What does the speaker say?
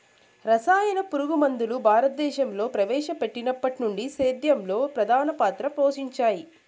రసాయన పురుగుమందులు భారతదేశంలో ప్రవేశపెట్టినప్పటి నుండి సేద్యంలో ప్రధాన పాత్ర పోషించాయి